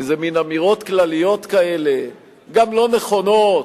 איזה מין אמירות כלליות כאלה, גם לא נכונות.